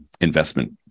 investment